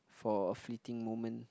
for a fleeting moment